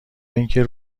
اینکه